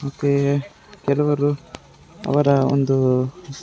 ಮತ್ತು ಕೆಲವರು ಅವರ ಒಂದು